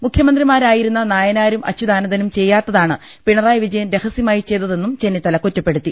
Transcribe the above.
മുഖ്യമന്ത്രിമാരായിരുന്ന നായനാരും അച്യുതാനന്ദനും ചെയ്യാത്താണ് പിണറായി വിജയൻ രഹസ്യമായി ചെയ്തതെന്നും ചെന്നിത്തല കുറ്റപ്പെടുത്തി